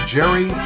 Jerry